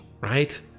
right